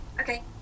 Okay